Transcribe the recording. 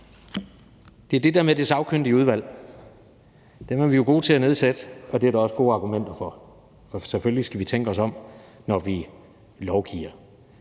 Det er det med det sagkyndige udvalg. Dem er vi jo gode til at nedsætte, og det er der også gode argumenter for, for selvfølgelig skal vi tænke os om, når vi lovgiver.